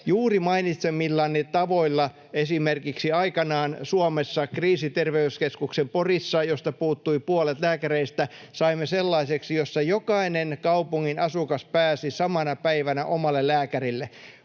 juuri mainitsemillani tavoilla esimerkiksi aikanaan Suomessa Porissa kriisiterveyskeskuksen, josta puuttuivat puolet lääkäreistä, saimme sellaiseksi, jossa jokainen kaupungin asukas pääsi samana päivänä omalle lääkärille.